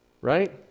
Right